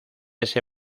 ese